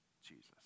Jesus